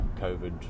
COVID